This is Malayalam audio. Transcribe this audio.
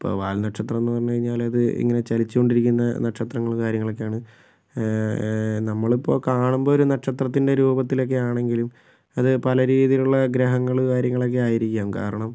ഇപ്പോൾ വാൽ നക്ഷത്രം എന്ന് പറഞ്ഞ് കഴിഞ്ഞാലത് ഇങ്ങനെ ചലിച്ച് കൊണ്ടിരിക്കുന്ന നക്ഷത്രങ്ങൾ കാര്യങ്ങളൊക്കെയാണ് നമ്മളിപ്പോൾ കാണുമ്പോൾ ഒരു നക്ഷത്രത്തിൻ്റെ രൂപത്തിലൊക്കെയാണെങ്കിലും അത് പല രീതിയിലുള്ള ഗ്രഹങ്ങൾ കാര്യങ്ങളൊക്കെ ആയിരിക്കാം കാരണം